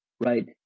right